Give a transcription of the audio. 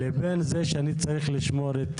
לבין זה שאני צריך לשמור את